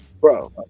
bro